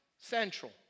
central